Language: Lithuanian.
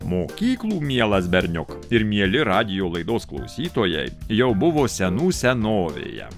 mokyklų mielas berniuk ir mieli radijo laidos klausytojai jau buvo senų senovėje